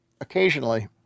occasionally